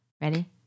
Ready